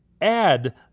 add